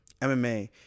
mma